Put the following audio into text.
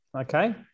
okay